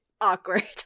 awkward